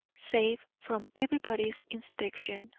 safe from everybody's inspection,